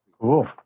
Cool